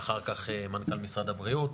ואחר כך מנכ"ל משרד הבריאות.